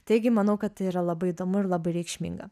taigi manau kad tai yra labai įdomu ir labai reikšminga